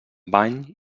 bany